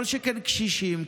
כל שכן קשישים,